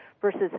versus